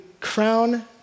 crown